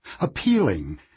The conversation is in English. appealing